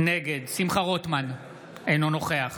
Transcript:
נגד שמחה רוטמן, אינו נוכח